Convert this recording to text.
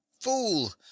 fool